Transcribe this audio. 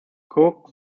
cook